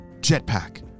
jetpack